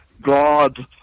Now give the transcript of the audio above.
God